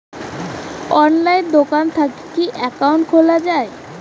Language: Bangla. অনলাইনে দোকান থাকি কি একাউন্ট খুলা যায়?